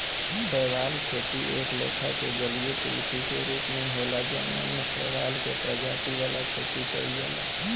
शैवाल खेती एक लेखा के जलीय कृषि के रूप होला जवना में शैवाल के प्रजाति वाला खेती कइल जाला